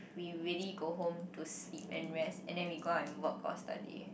we really go home to sleep and rest and then we go out and work or study